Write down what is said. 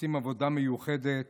שעושים עבודה מיוחדת.